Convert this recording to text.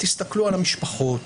תסתכלו על המשפחות,